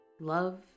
Love